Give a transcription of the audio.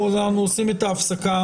הסתיימה.